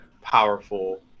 powerful